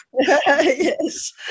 Yes